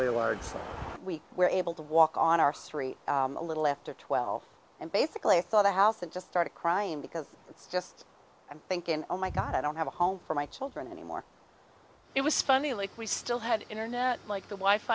city we were able to walk on our story a little after twelve and basically saw the house and just started crying because it's just i'm thinking oh my god i don't have a home for my children anymore it was funny like we still had internet like the wife